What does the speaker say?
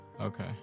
Okay